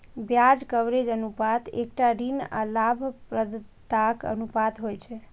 ब्याज कवरेज अनुपात एकटा ऋण आ लाभप्रदताक अनुपात होइ छै